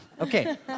Okay